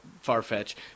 far-fetched